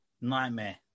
Nightmare